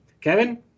Kevin